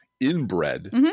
inbred